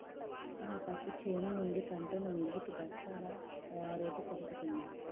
నా పత్తి చేను నుండి పంటని మిల్లుకి బట్టల తయారికీ పంపుతున్నాం